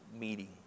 meeting